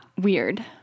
weird